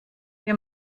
wir